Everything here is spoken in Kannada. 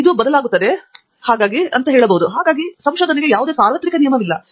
ಇದು ಬದಲಾಗುತ್ತದೆ ಸಾರ್ವತ್ರಿಕ ನಿಯಮವಿಲ್ಲ